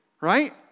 Right